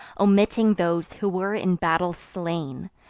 omitting those who were in battle slain,